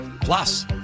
plus